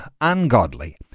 ungodly